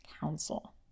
counsel